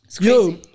yo